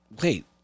Wait